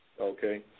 Okay